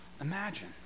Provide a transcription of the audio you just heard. imagine